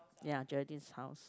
ya Geraldine's house